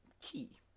key